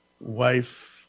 wife